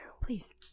please